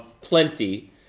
plenty